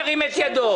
ירים את ידו.